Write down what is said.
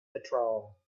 patrol